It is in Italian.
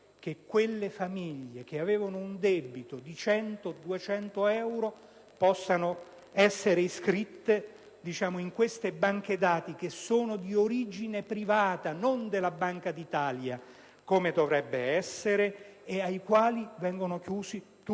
che quelle famiglie che avevano un debito del genere possano essere iscritte in queste banche dati che sono di origine privata e non della Banca d'Italia, come dovrebbe essere, perché a seguito di